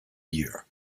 year